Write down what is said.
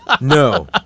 No